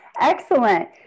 Excellent